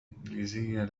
بالإنجليزية